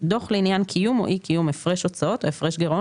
דוח לעניין קיום או אי-קיום הפרש הוצאות או הפרש גירעון